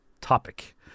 topic